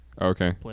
Okay